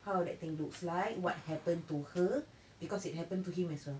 how that thing looks like what happened to her because it happened to him as well